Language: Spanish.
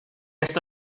esto